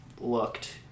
looked